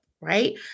right